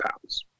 pounds